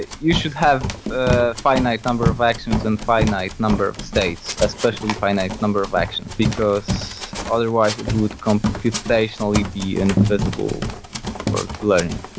you should have a finite number of actions and finite number of states especially finite number of actions, because otherwise it would computationally be invisible for q-learning.